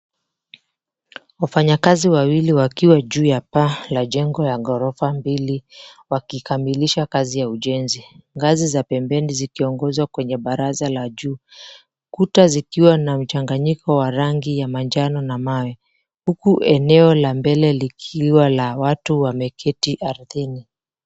Wafanyakazi wawili wakiwa juu ya paa la jengo ya ghorofa mbili wakikamilisha kazi ya ujenzi. Ngazi za pembeni zikiongoza kwenye baraza la juu. Kuta zikiwa na mchanganyiko wa rangi ya manjano na mawe, huku eneo la mbele likiwa la watu wameketi ardhini.